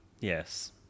Yes